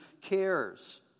cares